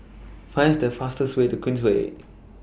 Find The fastest Way to Queensway